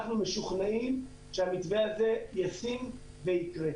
אנחנו משוכנעים שהמתווה הזה ישים ויקרה.